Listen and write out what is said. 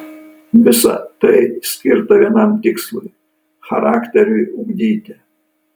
visa tai skirta vienam tikslui charakteriui ugdyti